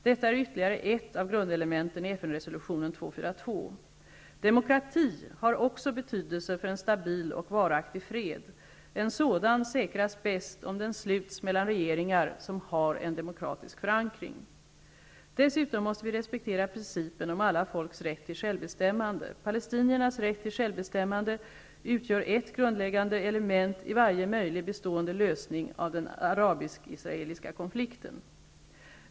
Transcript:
Detta är ytterligare ett av grundelementen i FN Demokrati har också betydelse för en stabil och varaktig fred. En sådan säkras bäst om den sluts mellan regeringar som har en demokratisk förankring. Dessutom måste vi respektera principen om alla folks rätt till självbestämmande. Palestiniernas rätt till självbestämmande utgör ett grundläggande element i varje möjlig bestående lösning av den arabisk-israeliska konflikten.